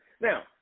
Now